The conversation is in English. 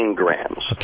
grams